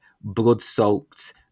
blood-soaked